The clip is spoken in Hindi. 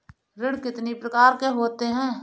ऋण कितनी प्रकार के होते हैं?